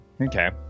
okay